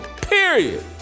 period